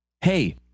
hey